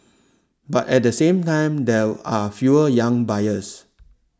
but at the same time there are fewer young buyers